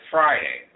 Friday